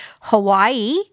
Hawaii